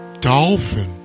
dolphin